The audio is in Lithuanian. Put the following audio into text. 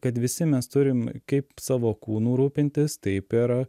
kad visi mes turim kaip savo kūnu rūpintis taip ir